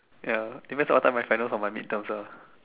ya depends on what time my finals or my mid terms ah